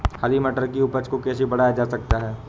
हरी मटर की उपज को कैसे बढ़ाया जा सकता है?